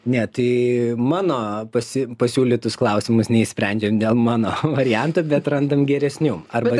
ne tai mano pasi pasiūlytus klausimus neišsprendžiam dėl mano varianto bet randam geresnių arba